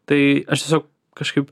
tai aš tiesiog kažkaip